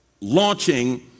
launching